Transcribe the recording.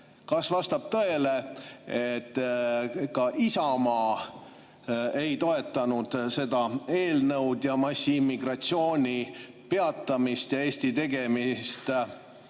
kas vastab tõele, et ka Isamaa ei toetanud seda eelnõu ning massiimmigratsiooni peatamist ja Eesti tegemist